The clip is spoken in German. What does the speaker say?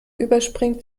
überspringt